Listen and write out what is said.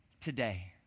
Today